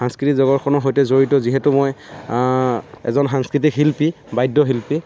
সাংস্কৃতিক জগতখনৰ সৈতে জড়িত যিহেতু মই এজন সাংস্কৃতিক শিল্পী বাদ্যশিল্পী